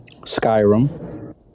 Skyrim